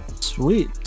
Sweet